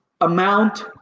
amount